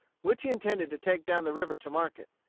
which he intended to take down the river to market.